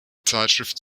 zeitschrift